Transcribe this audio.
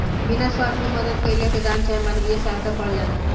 बिना स्वार्थ के मदद कईला के दान चाहे मानवीय सहायता कहल जाला